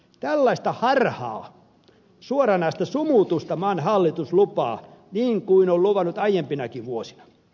tällaista harhaa suoranaista sumutusta maan hallitus lupaa niin kuin on luvannut aiempinakin vuosina